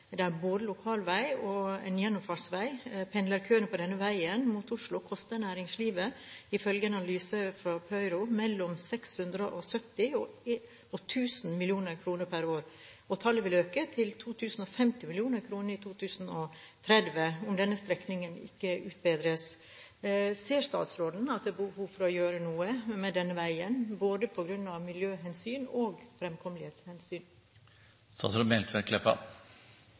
Det er både en lokalvei og en gjennomfartsvei. Pendlerkøen på denne veien mot Oslo koster næringslivet, ifølge en analyse fra Pöyry, mellom 670 og 1 000 mill. kr per år. Tallet vil øke til 2 050 mill. kr i 2030 om denne strekningen ikke utbedres. Ser statsråden at det er behov for å gjøre noe med denne veien, på grunn av både miljøhensyn og fremkommelighetshensyn?